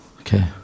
Okay